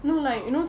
or